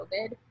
covid